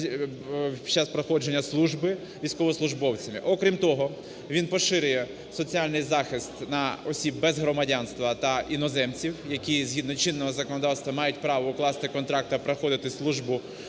він поширює соціальний захист на осіб без громадянства та іноземців, які згідно чинного законодавства мають право укласти контракт та проходити службу